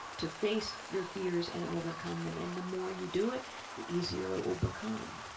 to face your fears and overcome them and the more you do it the easier ah it will become.